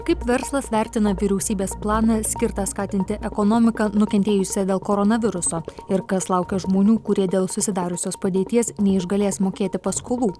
kaip verslas vertina vyriausybės planą skirtą skatinti ekonomiką nukentėjusią dėl koronaviruso ir kas laukia žmonių kurie dėl susidariusios padėties neišgalės mokėti paskolų